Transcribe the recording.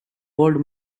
old